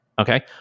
Okay